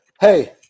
hey